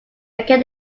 again